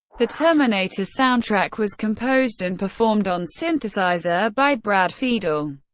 the terminator soundtrack was composed and performed on synthesizer by brad fiedel.